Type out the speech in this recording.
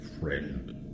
Friend